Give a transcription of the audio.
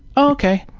ok,